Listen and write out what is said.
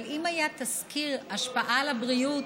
אבל אם היה תסקיר השפעה על הבריאות,